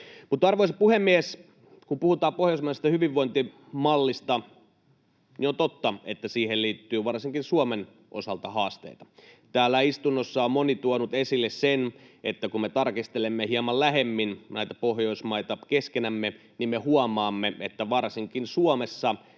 arvoisa puhemies, kun puhutaan pohjoismaisesta hyvinvointimallista, niin on totta, että siihen liittyy varsinkin Suomen osalta haasteita. Täällä istunnossa on moni tuonut esille sen, että kun me tarkastelemme hieman lähemmin näitä Pohjoismaita keskenämme, niin me huomaamme, että varsinkin Suomessa